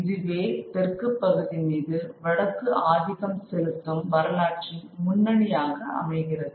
இதுவே தெற்கு பகுதி மீது வடக்கு ஆதிக்கம் செலுத்தும் வரலாற்றின் முன்னணியாக அமைகிறது